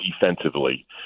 defensively